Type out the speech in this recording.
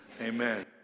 amen